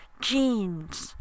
jeans